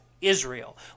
Israel